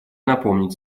напомнить